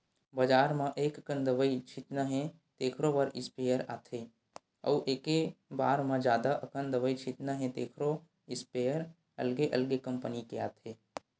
बजार म एककन दवई छितना हे तेखरो बर स्पेयर आथे अउ एके बार म जादा अकन दवई छितना हे तेखरो इस्पेयर अलगे अलगे कंपनी के आथे